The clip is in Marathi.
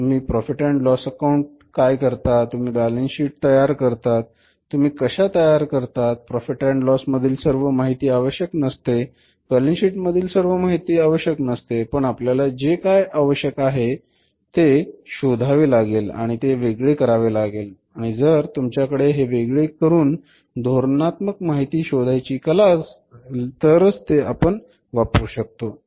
तुम्ही प्रॉफिट अँड लॉस अकाउंट काय करता तुम्ही बॅलन्स शीट तयार करतात तुम्ही कशा तयार करतात प्रॉफिट अँड लॉस मधील सर्व माहिती आवश्यक नसते बॅलन्स शीट मधील सर्व माहिती आवश्यक नसते पण आपल्याला जे काय आवश्यक आहे आपल्याला शोधावे लागेल आणि ते वेगळे करावे लागेल आणि जर तुमच्याकडे हे वेगळे करून धोरणात्मक माहिती शोधायची कला असेल तर तेच आपण वापरू शकतो